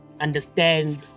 understand